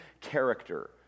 character